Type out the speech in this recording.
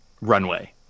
runway